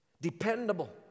Dependable